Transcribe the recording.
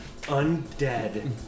undead